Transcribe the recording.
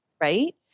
right